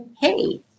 hey